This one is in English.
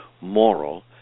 moral